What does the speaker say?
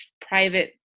private